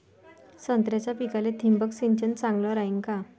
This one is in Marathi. संत्र्याच्या पिकाले थिंबक सिंचन चांगलं रायीन का?